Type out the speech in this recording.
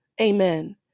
Amen